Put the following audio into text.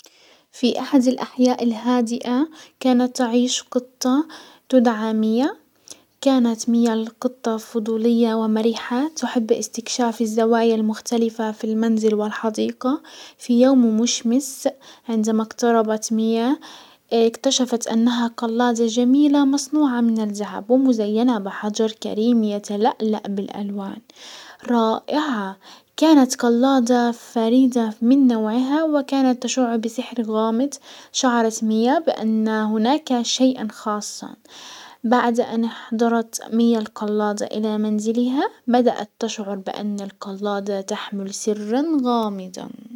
في احد الاحياء الهادئة كانت تعيش قطة تدعى مية. كانت مية القطة فضولية ومرحة تحب استكشاف الزوايا المختلفة في المنزل والحديقة، في يوم مشمس عندما اقتربت مية اكتشفت انها قلادة جميلة مصنوعة من الذهب ومزينة بحجر كريم يتلألأ بالالوان، رائعة كانت قلادة فريدة من نوعها وكانت تشع بسحر غامض. شعرت مية بان هناك شيئا خاصا، بعد ان احضرت ميا القلادة الى منزلها بدأت تشعر بان القلادة تحمل سرا غامضا.